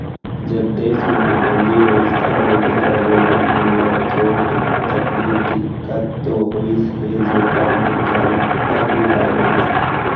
जब देस म नोटबंदी होइस त ओ बेरा लोगन मन ल थोक तकलीफ, दिक्कत तो होइस हे जेखर मन घर बर बिहाव रहिस हे